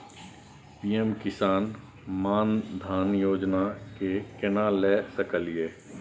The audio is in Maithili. पी.एम किसान मान धान योजना के केना ले सकलिए?